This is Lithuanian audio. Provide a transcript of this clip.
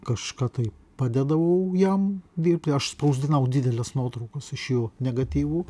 kažką tai padėdavau jam dirbti aš spausdinau dideles nuotraukos iš jo negatyvų